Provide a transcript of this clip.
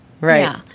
Right